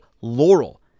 Laurel